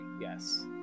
Yes